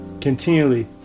continually